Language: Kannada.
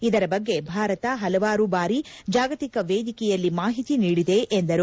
ಇದರ ಬಗ್ಗೆ ಭಾರತ ಪಲವಾರು ಬಾರಿ ಜಾಗತಿಕ ವೇದಿಕೆಯಲ್ಲಿ ಮಾಹಿತಿ ನೀಡಿದೆ ಎಂದರು